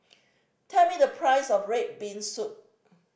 tell me the price of red bean soup